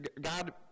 God